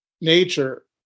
nature